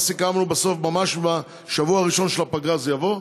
מה שסיכמנו בסוף, שבשבוע הראשון של הפגרה זה יבוא,